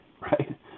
Right